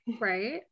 right